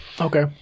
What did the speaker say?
okay